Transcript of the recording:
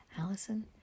Allison